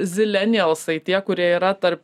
zilenijalsai tie kurie yra tarp